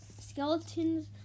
Skeletons